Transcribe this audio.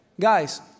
Guys